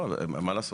מה לעשות.